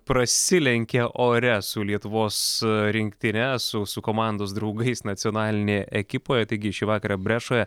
prasilenkė ore su lietuvos rinktine su su komandos draugais nacionalinėje ekipoje taigi šį vakarą brešoje